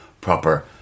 proper